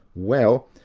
well,